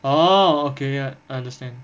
oh okay I understand